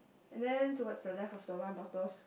and then towards the left of the wine bottles